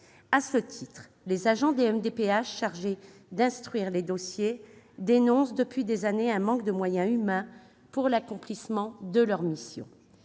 défavorable. Les agents des MDPH chargés d'instruire les dossiers dénoncent d'ailleurs depuis des années un manque de moyens humains pour l'accomplissement de leurs missions.